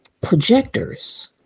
projectors